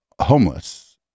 homeless